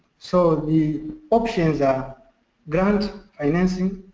so the options are grant financing,